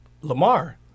Lamar